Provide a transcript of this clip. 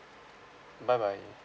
bye bye